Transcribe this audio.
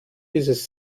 dieses